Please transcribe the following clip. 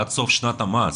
החודש הזה עד סוף שנת המס.